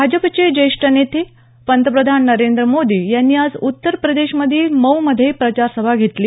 भाजपचे ज्येष्ठ नेते पंतप्रधान नरेंद्र मोदी यांनी आज उत्तरप्रदेश मधील मऊमध्ये प्रचार सभा घेतली